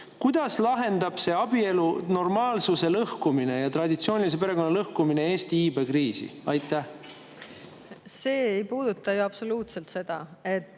Kuidas lahendab see abielunormaalsuse ja traditsioonilise perekonna lõhkumine Eesti iibekriisi? See ei puuduta ju absoluutselt seda. Te